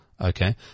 Okay